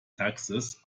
taxes